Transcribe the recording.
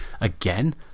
Again